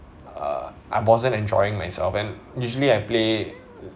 uh I'm wasn't enjoying myself and usually I play